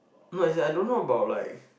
no as in I don't know about like